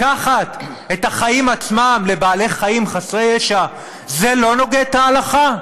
לקחת את החיים עצמם לבעלי-חיים חסרי ישע זה לא נוגד את ההלכה?